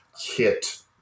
hit